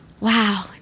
Wow